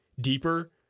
deeper